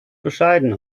bescheiden